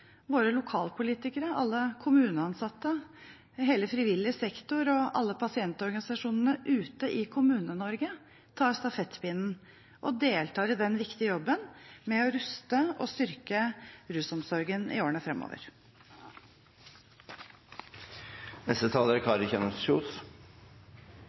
våre lokalpolitikere, alle kommuneansatte, hele frivillig sektor og alle pasientorganisasjonene ute i Kommune-Norge tar stafettpinnen og deltar i den viktige jobben med å ruste og styrke rusomsorgen i årene fremover.